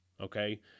okay